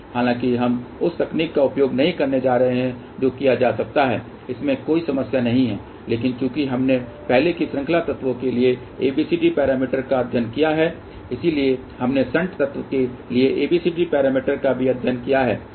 हालांकि हम उस तकनीक का उपयोग नहीं करने जा रहे हैं जो किया जा सकता है इसमें कोई समस्या नहीं है लेकिन चूंकि हमने पहले ही श्रृंखला तत्वों के लिए ABCD पैरामीटर का अध्ययन किया है इसलिए हमने शंट तत्व के लिए ABCD पैरामीटर का भी अध्ययन किया है